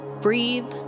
breathe